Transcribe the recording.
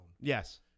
Yes